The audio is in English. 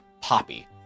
Poppy